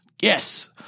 yes